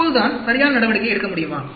அப்போதுதான் சரியான நடவடிக்கை எடுக்க முடியுமா